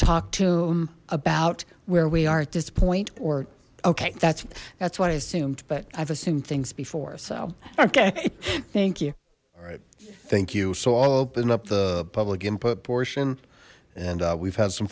talk to them about where we are at this point or okay that's that's what i assumed but i've assumed things before so okay thank you all right thank you so i'll open up the public input portion and we've had some